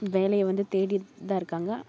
வேலையை வந்து தேடிகிட்டு தான் இருக்காங்க